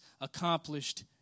accomplished